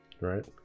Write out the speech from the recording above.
right